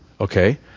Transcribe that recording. Okay